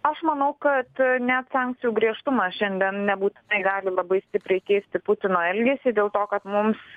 aš manau kad ne sankcijų griežtumas šiandien nebūtinai gali labai stipriai keisti putino elgesį dėl to kad mums